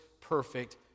perfect